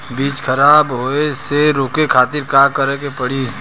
बीज खराब होए से रोके खातिर का करे के पड़ी?